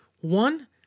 One